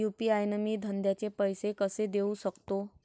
UPI न मी धंद्याचे पैसे कसे देऊ सकतो?